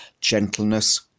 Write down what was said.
gentleness